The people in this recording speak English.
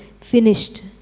finished